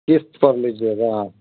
किश्त पर लीजिएगा आप